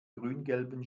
grüngelben